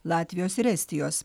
latvijos ir estijos